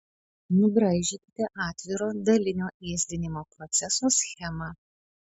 nubraižykite atviro dalinio ėsdinimo proceso schemą